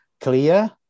clear